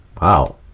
Wow